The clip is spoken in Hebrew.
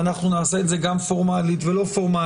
ואנחנו נעשה את זה גם פורמלית ולא-פורמלית